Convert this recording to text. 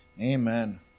Amen